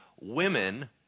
women